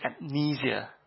amnesia